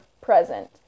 present